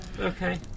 Okay